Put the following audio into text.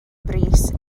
brys